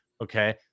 Okay